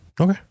Okay